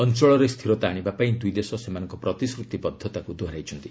ଅଞ୍ଚଳରେ ସ୍ଥିରତା ଆଣିବାପାଇଁ ଦୁଇ ଦେଶ ସେମାନଙ୍କ ପ୍ରତିଶ୍ରତିବଦ୍ଧତାକୁ ଦୋହରାଇଛନ୍ତି